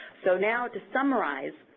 so now, to summarize,